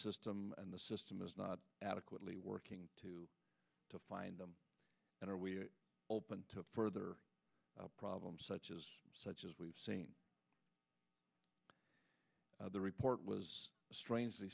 system and the system is not adequately working to to find them but are we open to further problems such as such as we've seen the report was strangely